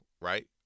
right